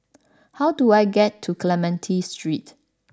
how do I get to Clementi Street